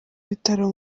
bitaro